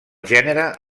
gènere